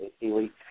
elite